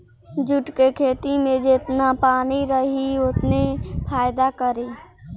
jute के खेती में जेतना पानी रही ओतने फायदा करी